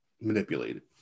manipulated